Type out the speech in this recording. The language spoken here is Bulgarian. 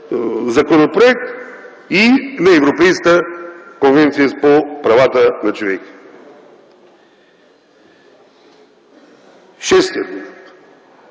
законопроект, и на Европейската конвенция по правата на човека. Шести